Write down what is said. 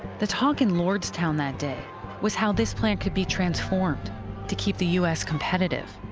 the talk in lordstown that day was how this plant could be transformed to keep the u s. competitive.